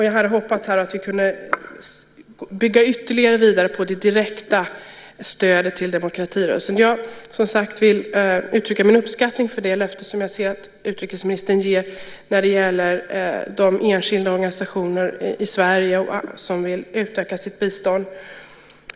Jag hade hoppats att vi kunde bygga vidare ytterligare på det direkta stödet till demokratirörelsen. Jag vill som sagt uttrycka min uppskattning för det löfte som jag ser att utrikesministern ger när det gäller de enskilda organisationer i Sverige som vill öka sitt bistånd.